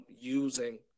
using